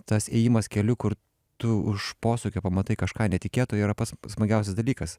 tas ėjimas keliu kur tu už posūkio pamatai kažką netikėto yra pats smagiausias dalykas